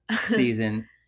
season